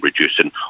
reducing